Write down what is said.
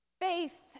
Faith